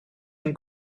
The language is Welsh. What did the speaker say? ein